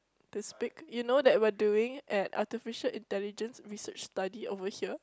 this speak you know that we are doing an artificial intelligence research study over here